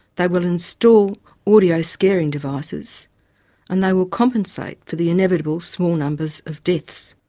they will install audio scaring devices and they will compensate for the inevitable small numbers of deaths.